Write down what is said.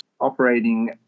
operating